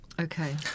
Okay